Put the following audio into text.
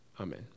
Amen